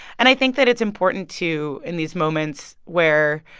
and i think that it's important to, in these moments where